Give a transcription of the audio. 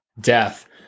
death